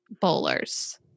bowlers